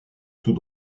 tout